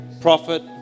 prophet